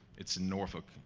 it's in norfolk,